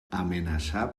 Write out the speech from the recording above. amenazada